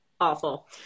Awful